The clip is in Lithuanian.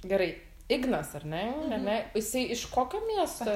gerai ignas ar ne ar ne jisai iš kokio miesto